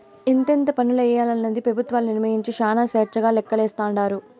ఎంతెంత పన్నులెయ్యాలనేది పెబుత్వాలు నిర్మయించే శానా స్వేచ్చగా లెక్కలేస్తాండారు